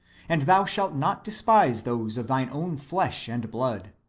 and thou shalt not despise those of thine own flesh and blood